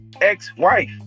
ex-wife